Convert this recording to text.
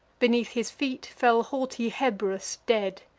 beneath his feet fell haughty hebrus dead,